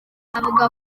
avuga